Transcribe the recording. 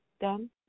done